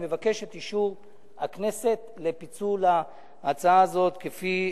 אני מבקש את אישור הכנסת לפיצול ההצעה הזאת, כפי